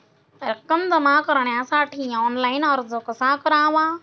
रक्कम जमा करण्यासाठी ऑनलाइन अर्ज कसा करावा?